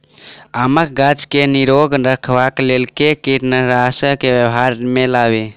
आमक गाछ केँ निरोग रखबाक लेल केँ कीड़ानासी केँ व्यवहार मे लाबी?